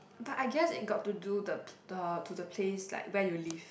but I guess it got to do the p~ the to the place like where you live